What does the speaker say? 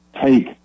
take